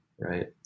right